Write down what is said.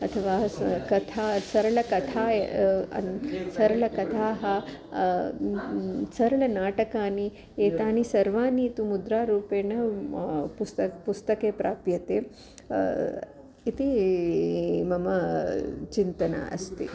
अथवा स कथा सरला कथा सरलाः कथाः सरलानि नाटकानि एतानि सर्वाणि तु मुद्रारूपेण पुस्त पुस्तके प्राप्यते इति मम चिन्तनम् अस्ति